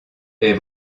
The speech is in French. est